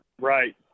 Right